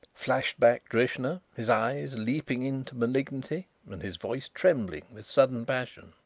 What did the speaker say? flashed back drishna, his eyes leaping into malignity and his voice trembling with sudden passion.